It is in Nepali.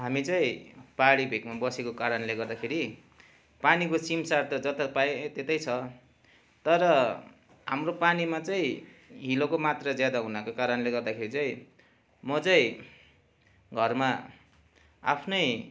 हामी चाहिँ पाहाडी भेकमा बसेको कारणले गर्दाखेरि पानीको सिमसार त जता पायो त्यतै छ तर हाम्रो पानीमा चाहिँ हिलोको मात्रा ज्यादा हुनको कारणले गर्दाखेरि चाहिँ म चाहिँ घरमा आफ्नै